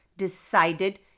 decided